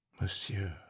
monsieur